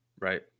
Right